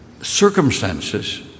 circumstances